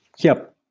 yep.